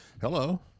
Hello